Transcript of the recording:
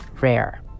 rare